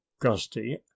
Gusty